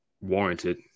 warranted